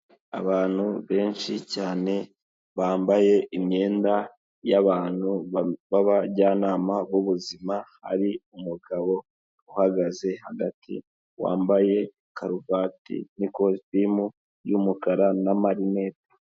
Abantu benshi cyane bambaye imyenda y'abantu b'abajyanama b'ubuzima, ari umugabo uhagaze hagati wambaye karuvati n'ikositimu y'umukara n'amarinete.